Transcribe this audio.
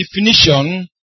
definition